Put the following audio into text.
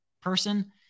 person